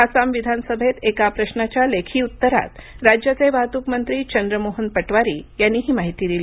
आसाम विधानसभेत एका प्रशाच्या लेखी उत्तरात राज्याचे वाहतूक मंत्री चंद्र मोहन पटवारी यांनी ही माहिती दिली